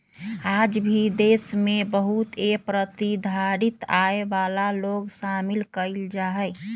आज भी देश में बहुत ए प्रतिधारित आय वाला लोग शामिल कइल जाहई